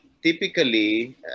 typically